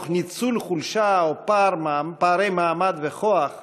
תוך ניצול חולשה או פערי מעמד וכוח,